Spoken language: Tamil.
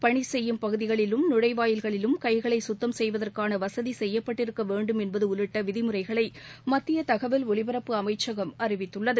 பணி சுப்யும் பகுதிகளிலும் நுழைவாயில்களிலும் கை களை சுத்தம் செய்வதற்கான வசதி செய்யப்பட்டிருக்க வேண்டும் என்பது உள்ளிட்ட விதிமுறைகளை மத்திய தகவல் ஒலிபரப்பு அமைச்சகம் அறிவித்துள்ளது